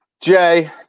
Jay